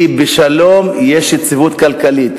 כי בשלום יש יציבות כלכלית.